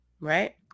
Right